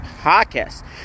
Podcast